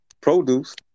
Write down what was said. Produce